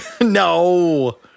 no